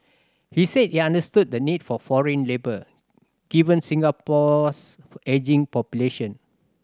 he said he understood the need for foreign labour given Singapore's ageing population